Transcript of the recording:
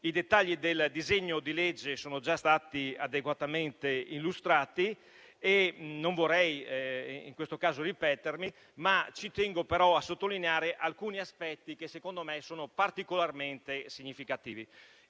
I dettagli del disegno di legge sono già stati adeguatamente illustrati e non vorrei in questo caso ripetermi, ma ci tengo a sottolineare alcuni aspetti che, secondo me, sono particolarmente significativi.